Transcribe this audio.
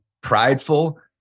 prideful